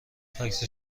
فکس